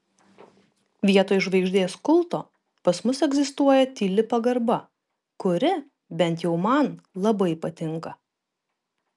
vietoj žvaigždės kulto pas mus egzistuoja tyli pagarba kuri bent jau man labai patinka